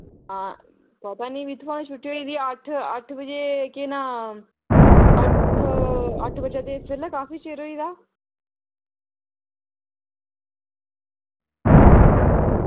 हां इनें इत्थुआं छुट्टी होई दी अट्ठ अट्ठ बजे केह् नां अट्ठ अट्ठ बज्जा दे इस बेल्लै काफी चिर होई दा